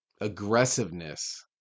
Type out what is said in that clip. aggressiveness